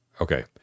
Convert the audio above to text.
Okay